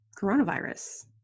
coronavirus